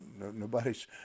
nobody's